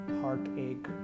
heartache